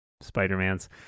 Spider-Man's